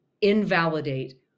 invalidate